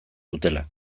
dutela